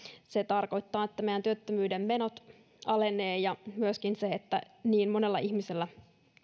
se tarkoittaa että meidän työttömyysmenot alenevat ja myöskin sitä että niin monella ihmisellä